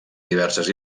diverses